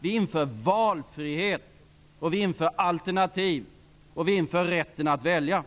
vi inför valfrihet och alternativ och rätten att välja.